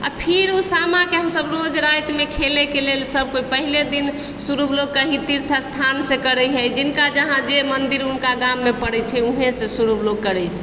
आओर फिर उ सामाके हमसब रोज रातिमे खेलयके लेल सब कोइ पहिले दिन शुरू लोक कहीं तीर्थ स्थानसँ करय हइ जिनका जहाँ जे मन्दिर हुनका गाममे पड़य छै उहेँ सँ शुरू लोक करय छै